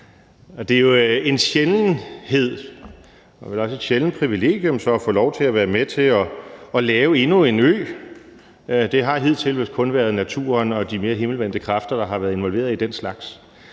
Det er jo en sjældenhed og vel også et sjældent privilegium at få lov til at være med til at lave endnu en ø. Det har vist hidtil kun været naturen og de mere himmelvendte kræfter, der har været involveret i den slags.